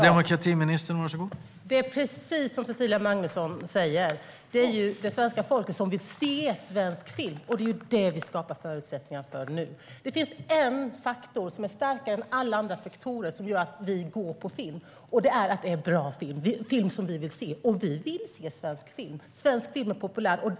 Herr talman! Det är precis som Cecilia Magnusson säger. Det är det svenska folket som vill se svensk film. Det är det vi skapar förutsättningar för nu. Det finns en faktor som är starkare än alla andra och som gör så att vi går och ser film. Det är att det är bra film, film som vi vill se. Och vi vill se svensk film. Svensk film är populär.